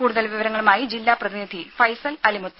കൂടുതൽ വിവരങ്ങളുമായി ജില്ലാ പ്രതിനിധി ഫൈസൽ അലിമുത്ത്